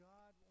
God